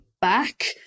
back